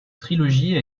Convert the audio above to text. trilogie